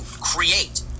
create